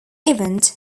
event